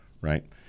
right